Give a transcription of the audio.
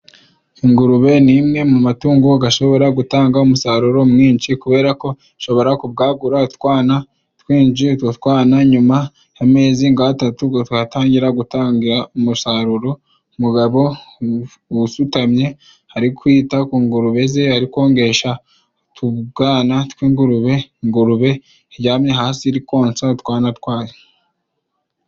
Ingurube ni imwe mu matungo gashobora gutanga umusaruro mwinshi kubera ko ishobora kubwagura utwana twinshi utwo twana nyuma y'amezi nk'atatu tugatangira gutanga umusaruro umugabo usutamye ari kwita ku ngurube ze arikongesha utubwana tw'ingurube ingurube iryamye hasi rikonsa utwana twayo.